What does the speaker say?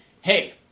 hey